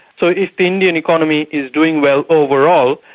so if the indian economy is doing well over all,